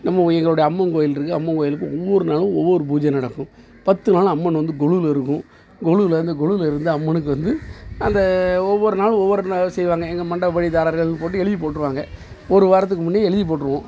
நம்ம எங்களுடைய அம்மன்கோயில் இருக்கு அம்மன்கோயிலுக்கு ஒவ்வொரு நாளும் ஒவ்வொரு பூஜை நடக்கும் பத்து நாளும் அம்மன் வந்து கொலுவில இருக்கும் கொலுவில இருந்து கொலுவில இருந்து அம்மனுக்கு வந்து அந்த ஒவ்வொரு நாளும் ஒவ்வொரு நா செய்வாங்க எங்கே மண்டப்படிக்தாரர்கள்ன்னு போட்டு எழுதி போட்டுருவாங்க ஒரு வாரத்துக்கு முன்னையே எழுதி போட்டுருவோம்